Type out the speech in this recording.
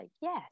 yes